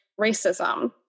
racism